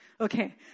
Okay